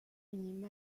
une